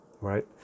right